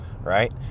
right